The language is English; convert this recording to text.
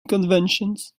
conventions